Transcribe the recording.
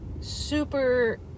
super